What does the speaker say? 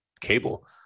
cable